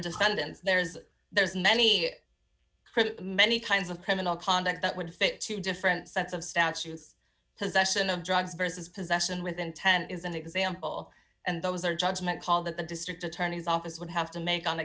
defendants there is there's many many kinds of criminal conduct that would fit two different sets of statutes possession of drugs versus possession with intent is an example and those are judgment call that the district attorney's office would have to make on a